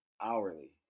hourly